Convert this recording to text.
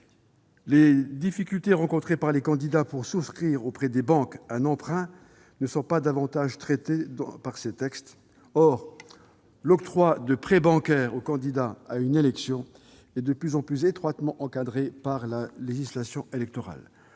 Les difficultés rencontrées par les candidats pour contracter un emprunt auprès des banques ne sont pas davantage traitées dans ces textes. Or l'octroi de prêts bancaires aux candidats à une élection est de plus en plus étroitement encadré par la législation électorale.